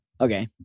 Okay